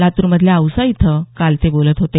लातूरमधल्या औसा इथं काल ते बोलत होते